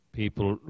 people